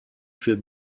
für